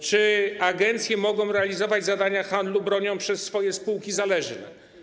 Czy agencje mogą realizować zadania handlu bronią przez swoje spółki zależne?